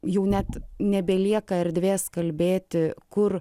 jau net nebelieka erdvės kalbėti kur